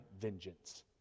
vengeance